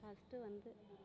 first வந்து